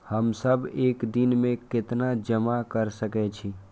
हम सब एक दिन में केतना जमा कर सके छी?